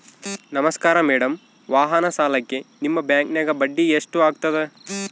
ನಮಸ್ಕಾರ ಮೇಡಂ ವಾಹನ ಸಾಲಕ್ಕೆ ನಿಮ್ಮ ಬ್ಯಾಂಕಿನ್ಯಾಗ ಬಡ್ಡಿ ಎಷ್ಟು ಆಗ್ತದ?